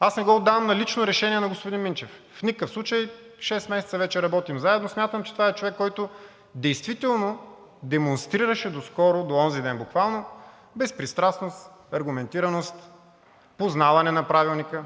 Аз не го отдавам на лично решение на господин Минчев. В никакъв случай! Шест месеца вече работим заедно. Смятам, че това е човек, който действително демонстрираше доскоро, до онзи ден буквално, безпристрастност, аргументираност, познаване на Правилника,